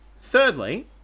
thirdly